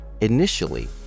Initially